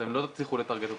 אתם לא תצליחו לטרגט אותנו,